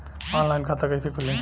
Online खाता कइसे खुली?